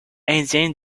indien